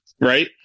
right